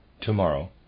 tomorrow